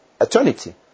eternity